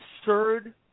absurd